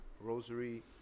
Rosary